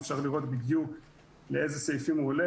אפשר לראות בדיוק לאיזה סעיפים הוא הולך.